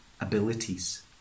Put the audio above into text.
abilities